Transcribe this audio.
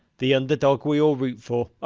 the underdog we all root for.